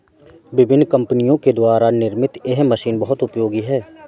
विभिन्न कम्पनियों के द्वारा निर्मित यह मशीन बहुत उपयोगी है